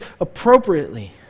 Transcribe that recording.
appropriately